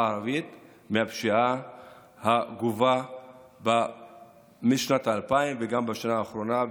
הערבית מהפשיעה הגבוהה משנת 2000. בשנה האחרונה,